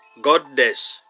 godness